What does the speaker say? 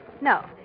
No